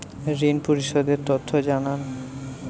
ঋন পরিশোধ এর তথ্য জানান